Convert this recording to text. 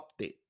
update